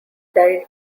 died